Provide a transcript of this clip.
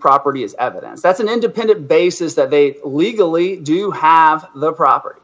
property is evidence that's an independent basis that they legally do have the property